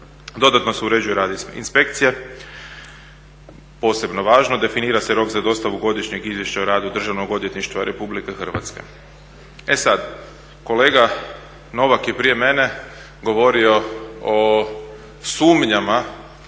Dodatno se uređuje … inspekcije, posebno važno definira se rok za dostavu Godišnjeg izvješća o radu Državnog odvjetništva RH. E sad, kolega Novak je prije mene govorio o sumnjama